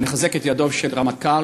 ולחזק את ידו של הרמטכ"ל,